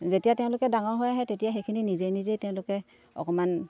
যেতিয়া তেওঁলোকে ডাঙৰ হৈ আহে তেতিয়া সেইখিনি নিজে নিজেই তেওঁলোকে অকণমান